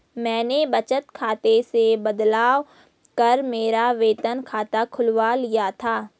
मैंने बचत खाते से बदलवा कर मेरा वेतन खाता खुलवा लिया था